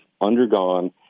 undergone